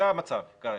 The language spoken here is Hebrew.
זה המצב כרגע.